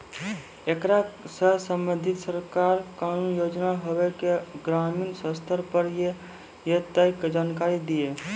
ऐकरा सऽ संबंधित सरकारक कूनू योजना होवे जे ग्रामीण स्तर पर ये तऽ जानकारी दियो?